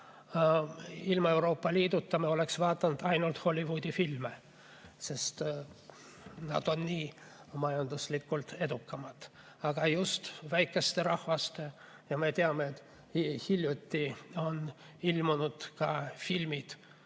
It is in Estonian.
Ilma Euroopa Liiduta me vaataksime ainult Hollywoodi filme, sest nad on nii palju majanduslikult edukamad. Aga just väikeste rahvaste filmid – ja me teame, et hiljuti on ilmunud filmid